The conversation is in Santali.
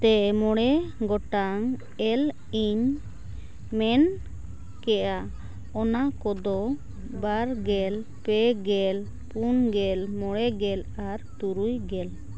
ᱛᱮ ᱢᱚᱬᱮ ᱜᱚᱴᱟᱝ ᱮᱞ ᱤᱧ ᱢᱮᱱ ᱠᱮᱫᱼᱟ ᱚᱱᱟ ᱠᱚᱫᱚ ᱵᱟᱨ ᱜᱮᱞ ᱯᱮ ᱜᱮᱞ ᱯᱩᱱ ᱜᱮᱞ ᱢᱚᱬᱮ ᱜᱮᱞ ᱟᱨ ᱛᱩᱨᱩᱭ ᱜᱮᱞ